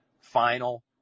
final